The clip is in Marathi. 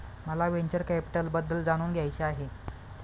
मला व्हेंचर कॅपिटलबद्दल जाणून घ्यायचे आहे